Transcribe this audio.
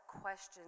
questions